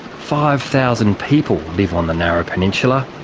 five thousand people live on the narrow peninsula,